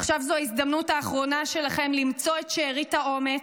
עכשיו זו ההזדמנות האחרונה שלכם למצוא את שארית האומץ,